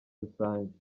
rusange